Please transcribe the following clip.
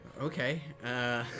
Okay